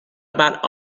about